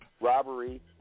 robbery